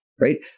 right